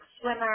swimmer